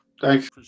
Thanks